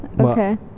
Okay